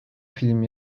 film